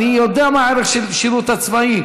אני יודע מה הערך של השירות הצבאי.